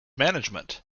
management